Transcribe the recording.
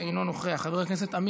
חבר הכנסת סעיד אלחרומי,